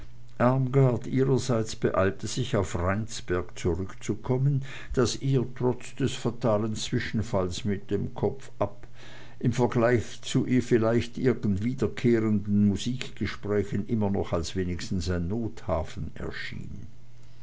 ihrerseits beeilte sich auf rheinsberg zurückzukommen das ihr trotz des fatalen zwischenfalls mit kopf ab im vergleich zu vielleicht wiederkehrenden musikgesprächen immer noch als wenigstens ein nothafen erschien